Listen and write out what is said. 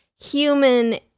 human